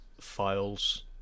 files